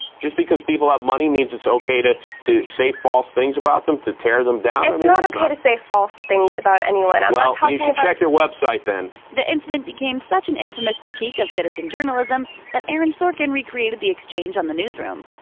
just because people have money it's okay to to say false things about them to tear them down? it's not okay to say false things about anyone. well, you should check your website then. the incident became such an infamous critique of citizen journalism that aaron sorkin recreated the exchange on the newsroom.